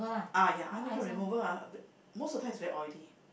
ah ya eye maker remover ah very most of time is very oily